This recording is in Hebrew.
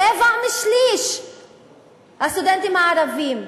רבע משליש הסטודנטים הערבים.